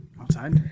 outside